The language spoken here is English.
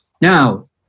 Now